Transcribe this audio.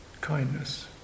kindness